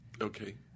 Okay